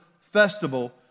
festival